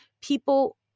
people